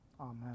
Amen